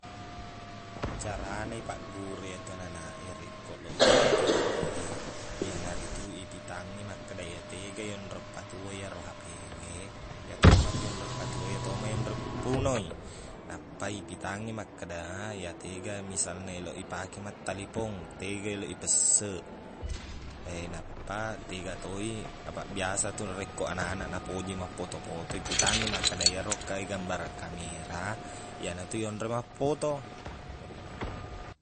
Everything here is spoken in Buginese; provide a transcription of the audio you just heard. Carane ipagguru iyatu ananak e rekko loq i pake HP, iyana ritu ipitangngi makkeda iye tega yonro patuo i iyaro HPwe, iya tomma tu iyonroi patuo iya tomma iyonroi mpunoi. Nappa ipitangngi makkeda iye tega misalna eloq ipake mattalipong, tega eloq ipesseq. Nappa tega toi, apaq biasa tu rekko ananak napoji mappoto-poto, ipitangni makkeda iyaro engka e gambara kamera, iyana tu iyonroi mappoto.